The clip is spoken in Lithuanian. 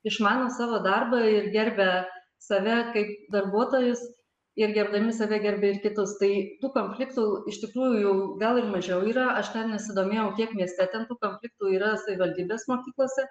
išmano savo darbą ir gerbia save kaip darbuotojus ir gerbdami save gerbia ir kitus tai tų konfliktų iš tikrųjų gal ir mažiau yra aš nesidomėjau kiek mieste ten tų konfliktų yra savivaldybės mokyklose